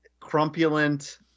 crumpulent